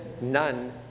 none